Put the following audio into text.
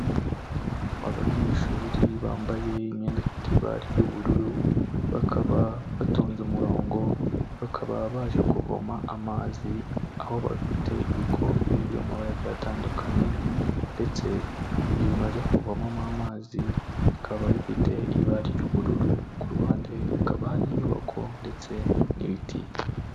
Abanyeshuri bambaye imyenda ifite ibara ry'ubururu bakaba batonze umurongo bakaba baje kuvoma amazi aho bafite ibikombe byo mumabara agiye atandukanye ndetse n'ibyo bintu baje kuvomamo amazi bikaba bifite ibara ry'ubururu ku ruhande hakaba hari inyubako ndetse n'ibiti.